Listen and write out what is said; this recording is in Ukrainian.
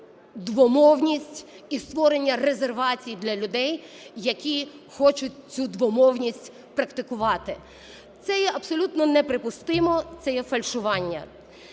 двомовність і створення резервацій для людей, які хочуть цю двомовність практикувати. Це є абсолютно неприпустимо, це є фальшування.